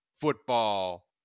football